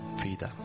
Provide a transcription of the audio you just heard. vida